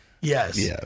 Yes